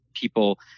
people –